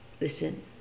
Listen